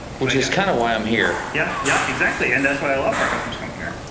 which is kind of why i'm here. yeah, yeah, exactly and that's why a lot of our customers come here.